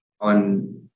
on